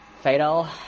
fatal